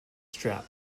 strap